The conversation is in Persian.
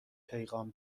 پیغام